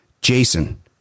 Jason